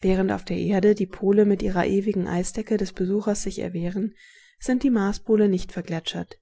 während auf der erde die pole mit ihrer ewigen eisdecke des besuches sich erwehren sind die marspole nicht vergletschert